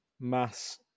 mass